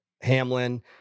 Hamlin